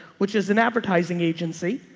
which is an advertising agency,